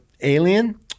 Alien